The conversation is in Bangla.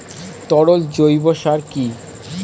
তরল জৈব সার কি?